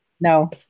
No